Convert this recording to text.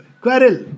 Quarrel